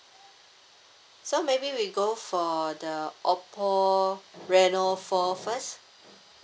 so maybe we go for the oppo reno four first